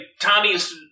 Tommy's